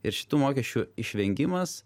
ir šitų mokesčių išvengimas